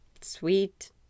sweet